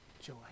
Joy